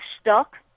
stuck